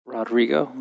Rodrigo